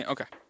Okay